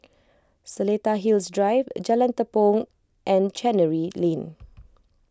Seletar Hills Drive Jalan Tepong and Chancery Lane